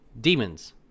Demons